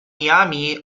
miami